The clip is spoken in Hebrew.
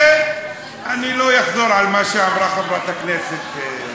אני לא אחזור על מה שאמרה חברת הכנסת.